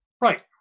Right